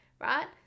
right